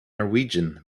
norwegian